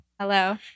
Hello